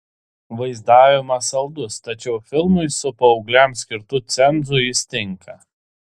vaizdavimas saldus tačiau filmui su paaugliams skirtu cenzu jis tinka